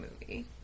movie